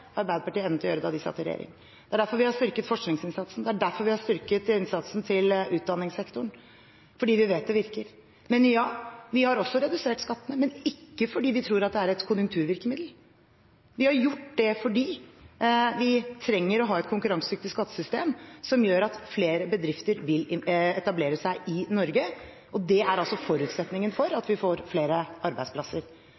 Arbeiderpartiet evnet å gjøre da de satt i regjering, det er derfor vi har styrket forskningsinnsatsen, det er derfor vi har styrket innsatsen på utdanningssektoren – fordi vi vet det virker. Ja, vi har også redusert skattene, men ikke fordi vi tror det er et konjunkturvirkemiddel. Vi har gjort det fordi vi trenger å ha et konkurransedyktig skattesystem som gjør at flere bedrifter vil etablere seg i Norge, og det er altså forutsetningen for at